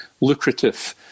lucrative